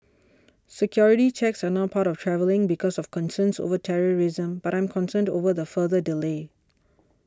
security checks are now part of travelling because of concerns over terrorism but I'm concerned over the further delay